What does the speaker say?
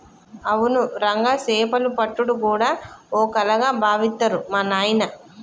అవును రంగా సేపలు పట్టుడు గూడా ఓ కళగా బావిత్తరు మా నాయిన